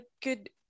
good